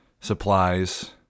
supplies